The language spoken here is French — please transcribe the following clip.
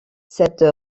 cette